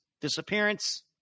disappearance